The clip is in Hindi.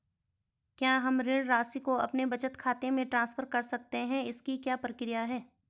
क्या हम ऋण राशि को अपने बचत खाते में ट्रांसफर कर सकते हैं इसकी क्या प्रक्रिया है?